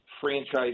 franchise